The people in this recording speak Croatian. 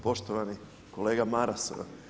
Poštovani kolega Maras.